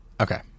Okay